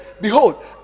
Behold